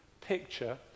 picture